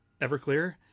Everclear